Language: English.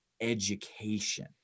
education